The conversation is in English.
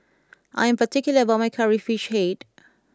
I am particular about my Curry Fish Head